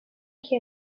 key